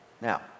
Now